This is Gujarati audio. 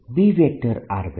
BC3 m